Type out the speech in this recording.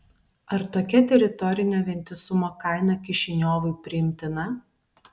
ar tokia teritorinio vientisumo kaina kišiniovui priimtina